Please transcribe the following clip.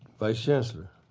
vice chancellor.